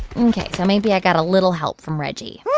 ok, so maybe i got a little help from reggie